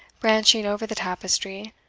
branching over the tapestry,